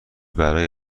برای